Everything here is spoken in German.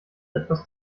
etwas